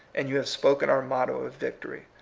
and you have spoken our motto of victory.